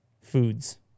Foods